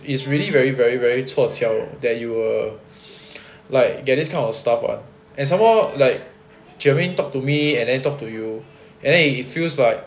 is really very very very 凑巧 that you were like get this kind of stuff ah and some more like germaine talk to me and then talk to you and then it feels like